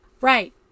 Right